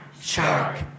shark